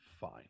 Fine